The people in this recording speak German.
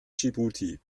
dschibuti